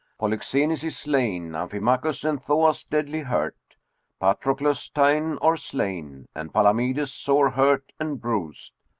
polixenes is slain amphimacus and thoas deadly hurt patroclus ta'en, or slain and palamedes sore hurt and bruis'd.